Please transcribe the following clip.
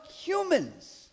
humans